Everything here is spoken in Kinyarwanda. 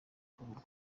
kugurwa